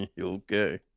Okay